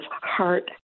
heart